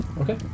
okay